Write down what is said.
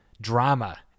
drama